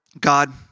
God